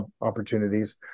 opportunities